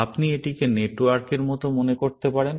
আপনি এটিকে নেটওয়ার্কের মতো মনে করতে পারেন